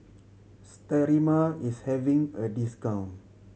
Sterimar is having a discount